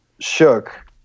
shook